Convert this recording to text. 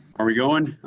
are we going?